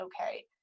okay